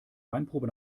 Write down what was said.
weinprobe